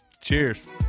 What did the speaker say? Cheers